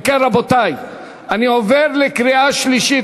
אם כן, רבותי, אני עובר לקריאה שלישית.